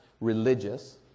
religious